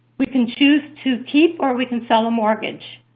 we can choose to keep or we can sell a mortgage.